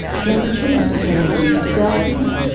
temperature is ten degrees celsius,